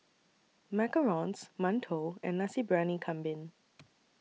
Macarons mantou and Nasi Briyani Kambing